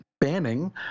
Banning